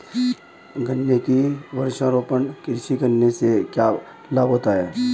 गन्ने की वृक्षारोपण कृषि करने से क्या लाभ होते हैं?